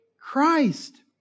Christ